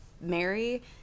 Mary